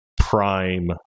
prime